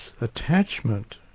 attachment